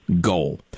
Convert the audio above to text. goal